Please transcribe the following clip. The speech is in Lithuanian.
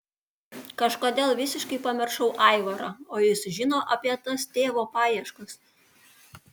kažkodėl visiškai pamiršau aivarą o jis žino apie tas tėvo paieškas